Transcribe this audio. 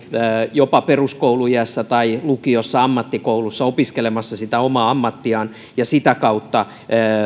jopa peruskouluiässä tai lukiossa ammattikoulussa opiskelemassa sitä omaa ammattiaan ja sitä kautta